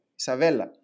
Isabella